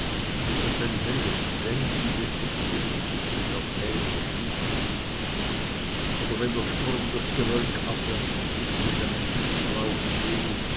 so daß ein helles blendendes licht über die gipfel in die täler schnitt oder wenn der sturm das gewölk abwärts trieb und einen lichtblauen see